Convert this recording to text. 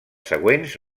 següents